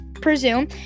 presume